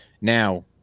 now